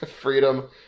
freedom